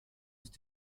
ist